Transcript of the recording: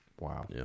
wow